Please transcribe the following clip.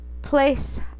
place